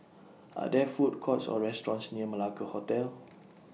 Are There Food Courts Or restaurants near Malacca Hotel